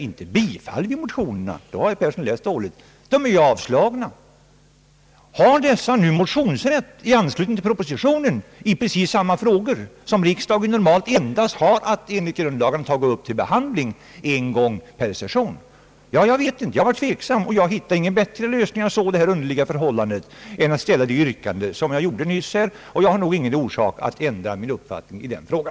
Inte bifaller vi motionerna — om herr Persson fått den uppfattningen har han läst dåligt. De är ju avstyrkta. Har man nu motionsrätt i anslutning till propositionen i precis samma frågor som riksdagen normalt endast har att enligt grundlagen ta upp till behandling en gång per session? Jag vet inte. Jag var tveksam och hittade ingen bättre lösning, när jag såg detta underliga förhållande, än att ställa det yrkande som jag ställde nu. Jag har nog ingen orsak att ändra min uppfattning i den frågan.